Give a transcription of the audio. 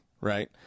Right